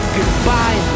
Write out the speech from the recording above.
Goodbye